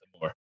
more